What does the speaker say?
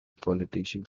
politician